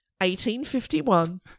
1851